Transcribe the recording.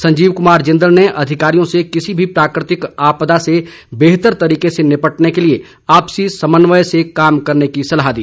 संजीव कमार जिंदल ने अधिकारियों से किसी भी प्राकृतिक आपदा से बेहतर तरीके से निपटने के लिए आपसी समन्वय से कार्य करने की सलाह दी